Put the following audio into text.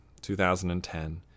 2010